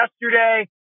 yesterday